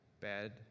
bad